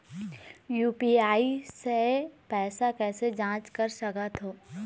UPI से पैसा कैसे जाँच कर सकत हो?